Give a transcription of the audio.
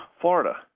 Florida